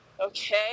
Okay